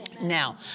Now